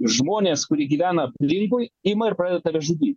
žmonės kurie gyvena aplinkui ima ir pradeda tave žudyti